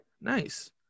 Nice